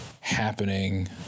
happening